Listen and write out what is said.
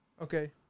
Okay